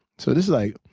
so this is like